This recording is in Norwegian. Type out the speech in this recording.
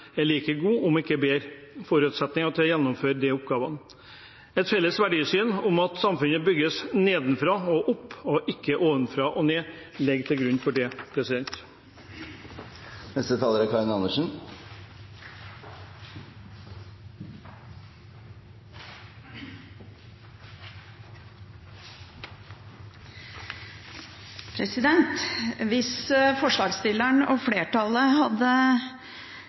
har like gode, om ikke bedre, forutsetninger for å gjennomføre disse oppgavene. Et felles verdisyn om at samfunnet bygges nedenfra og opp og ikke ovenfra og ned, ligger til grunn for det. Hvis forslagsstillerne og flertallet hadde